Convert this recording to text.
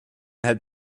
had